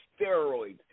steroids